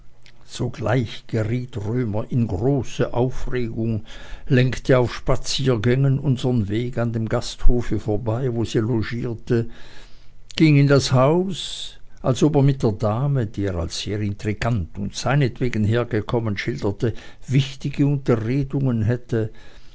sogleich geriet römer in große aufregung lenkte auf spaziergängen unsern weg an dem gasthofe vorbei wo sie logierte ging in das haus als ob er mit der dame die er als sehr intrigant und seinetwegen hergekommen schilderte wichtige unterredungen hätte